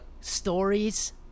Stories